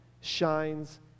shines